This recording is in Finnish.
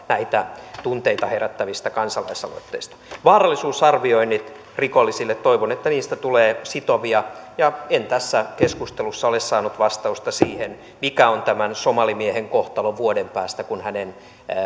näistä tunteita herättävistä kansalaisaloitteista vaarallisuusarvioinnit rikollisille toivon että niistä tulee sitovia en tässä keskustelussa ole saanut vastausta siihen mikä on tämän somalimiehen kohtalo vuoden päästä kun hänen